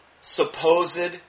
supposed